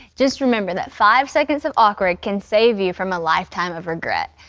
just remember that five seconds of awkward can save you from a lifetime of regret.